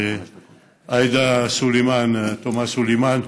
לעאידה תומא סלימאן,